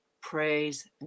praise